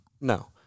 no